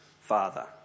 Father